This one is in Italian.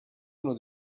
uno